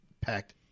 packed